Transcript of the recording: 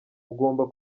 ugomba